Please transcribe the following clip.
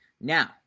Now